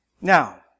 Now